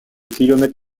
kilomètre